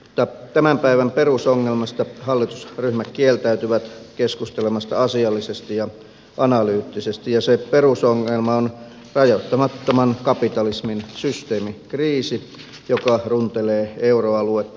mutta tämän päivän perusongelmasta hallitusryhmät kieltäytyvät keskustelemasta asiallisesti ja analyyttisesti ja se perusongelma on rajoittamattoman kapitalismin systeemikriisi joka runtelee euroaluetta